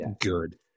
Good